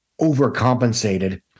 overcompensated